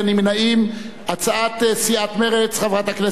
הצעת סיעת מרצ, חברת הכנסת גלאון, לא נתקבלה.